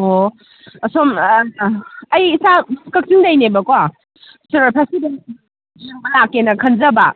ꯑꯣ ꯑꯁꯣꯝ ꯑꯩ ꯏꯁꯥ ꯀꯛꯆꯤꯡꯗꯒꯤꯅꯦꯕꯀꯣ ꯁꯤꯔꯣꯏ ꯐꯦꯁꯇꯤꯚꯦꯜ ꯌꯦꯡꯕ ꯂꯥꯛꯀꯦꯅ ꯈꯟꯖꯕ